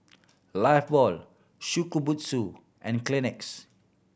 Lifebuoy Shokubutsu and Kleenex